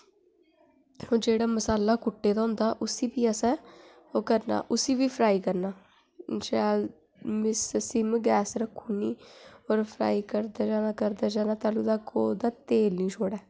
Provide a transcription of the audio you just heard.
ओह् जेह्ड़ा मसाला कुट्टे दा होंदा उसी भी असें ओह् करना उसी बी फ्राई करना अच्छा सिम गैस रक्खी ओड़नी होर फ्राई करदे जाना करदे जाना तैह्लूं तगर ओह् तेल निं छुड़े